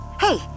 Hey